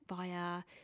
via